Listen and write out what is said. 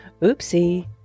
oopsie